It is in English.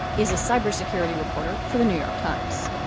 is a cybersecurity reporter for the new york times.